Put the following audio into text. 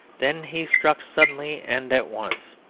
then he struck suddenly and at once.